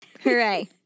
hooray